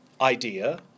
idea